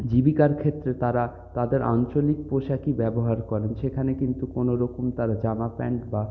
জীবিকার ক্ষেত্রে তারা তাদের আঞ্চলিক পোশাকই ব্যবহার করেন সেখানে কিন্তু কোনো রকম তারা জামা প্যান্ট বা